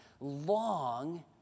long